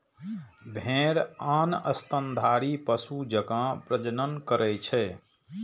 भेड़ आन स्तनधारी पशु जकां प्रजनन करै छै